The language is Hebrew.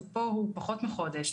תוקפו פחות מחודש.